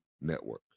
network